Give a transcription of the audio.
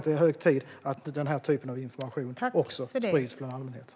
Det är hög tid att den typen av information också sprids bland allmänheten.